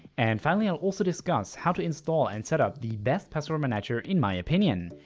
and finally i'll also discuss how to install and setup the best password manager in my opinion.